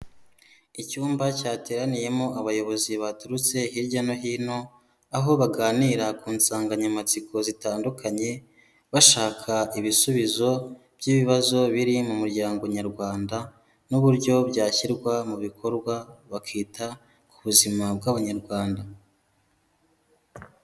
Icyumba cyateraniyemo abayobozi baturutse hirya no hino aho baganira ku nsanganyamatsiko zitandukanye, bashaka ibisubizo by'ibibazo biri mu muryango nyarwanda, n'uburyo byashyirwa mu bikorwa bakita ku buzima bw'abanyarwanda.